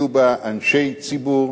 שיהיו בה אנשי ציבור,